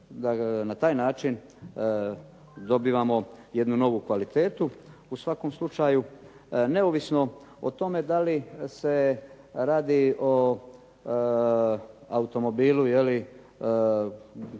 na taj način dobivamo jednu novu kvalitetu. U svakom slučaju neovisno o tome da li se radi o automobilu je